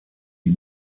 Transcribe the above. die